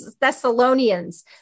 Thessalonians